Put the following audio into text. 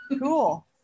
cool